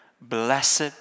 Blessed